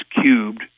cubed